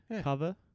cover